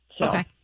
Okay